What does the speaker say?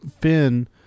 Finn